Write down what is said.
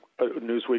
Newsweek